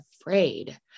afraid